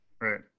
Right